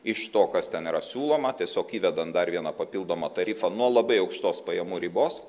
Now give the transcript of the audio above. iš to kas ten yra siūloma tiesiog įvedant dar vieną papildomą tarifą nuo labai aukštos pajamų ribos